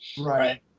right